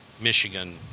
Michigan